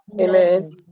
Amen